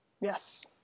Yes